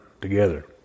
together